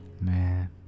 Man